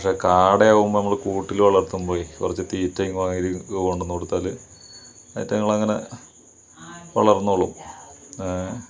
പക്ഷേ കാടയാകുമ്പോൾ നമ്മൾ കൂട്ടിൽ വളർത്തുമ്പോൾ ഈ കുറച്ച് തീറ്റയും കാര്യങ്ങളും കൊണ്ടോന്ന് കൊടുത്താൽ അവറ്റ്ങ്ങളങ്ങനെ വളർന്നോളും